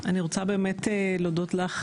תודה רבה,